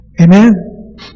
Amen